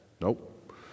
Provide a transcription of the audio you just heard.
nope